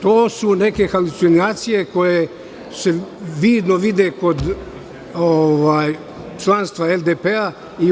To su neke halucinacije koje se vidno vide kod članstva LDP i u DS…